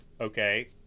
okay